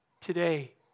today